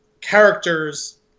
characters